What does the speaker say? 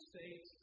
States